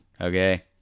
Okay